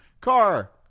car